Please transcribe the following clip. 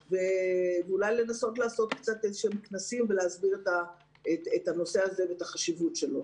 ואולי לנסות לעשות כנסים ולהסביר את הנושא הזה ואת החשיבות שלו.